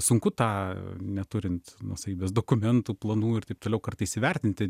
sunku tą neturint nuosavybės dokumentų planų ir taip toliau kartais įvertinti